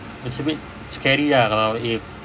it's a bit scary ah kalau if